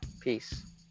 Peace